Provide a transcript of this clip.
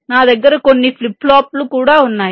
నా దగ్గర కొన్ని ఫ్లిప్ ఫ్లాప్లు కూడా ఉన్నాయి